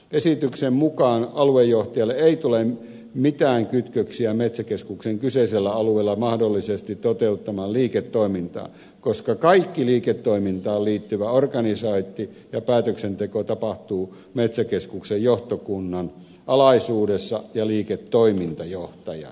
esityksen mukaan aluejohtajalle ei tule mitään kytköksiä metsäkeskuksen kyseisellä alueella mahdollisesti toteuttamaan liiketoimintaan koska kaikki liiketoimintaan liittyvä organisointi ja päätöksenteko tapahtuu metsäkeskuksen johtokunnan alaisuudessa ja liiketoimintajohtajan johdolla